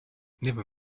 never